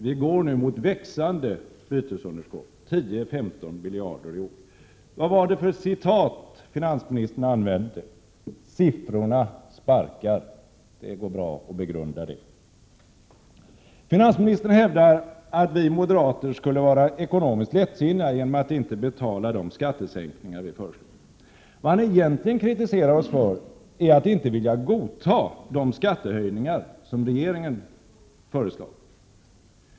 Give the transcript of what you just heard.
Vi går nu mot växande bytesunderskott på 10-15 miljarder kronor i år. Vad var det för ett citat finansministern använde? Siffrorna sparkar, det går bra att begrunda det. Finansministern hävdar att vi moderater skulle vara ekonomiskt lättsinniga genom att vi inte skulle betala de skattesänkningar som vi föreslår. Vad han egentligen kritiserar oss för är att vi inte vill godta de skattehöjningar som regeringen föreslår.